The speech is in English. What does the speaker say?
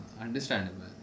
understandable